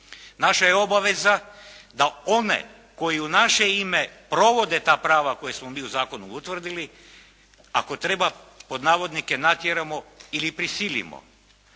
Naša je obaveza da one koji u naše ime provode ta prava koja smo mi u zakonu utvrdili ako treba "natjeramo" ili prisilimo